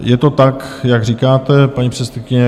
Je to tak, jak říkáte, paní předsedkyně.